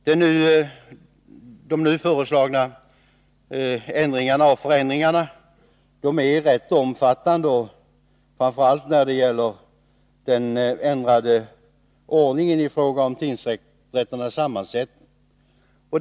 De nu föreslagna förändringarna är rätt omfattande, framför allt när det gäller ordningen i fråga om tingsrätternas sammansättning.